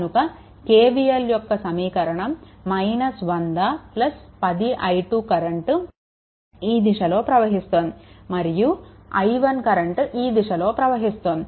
కనుక KVL యొక్క సమీకరణం 100 10 i2 కరెంట్ ఈ దిశలో ప్రవహిస్తోంది మరియు i1 కరెంట్ ఈ దిశలో ప్రవహిస్తోంది